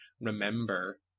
remember